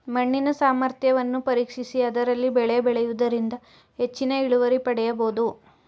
ಮಣ್ಣಿನ ಸಾಮರ್ಥ್ಯವನ್ನು ಪರೀಕ್ಷಿಸಿ ಅದರಲ್ಲಿ ಬೆಳೆ ಬೆಳೆಯೂದರಿಂದ ಹೆಚ್ಚಿನ ಇಳುವರಿ ಪಡೆಯಬೋದು